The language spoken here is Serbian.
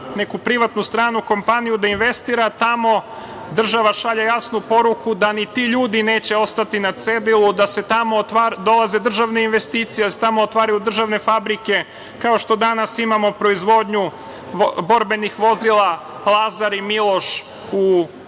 neku privatnu stranu kompaniju da investira tamo. Država šalje jasnu poruku da ni ti ljudi neće ostati na cedilu, da i tamo dolaze državne investicije, da se tamo otvaraju državne fabrike. Kao što danas imamo proizvodnju borbenih vozila "Lazar" i